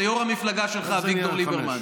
זה יו"ר המפלגה שלך אביגדור ליברמן.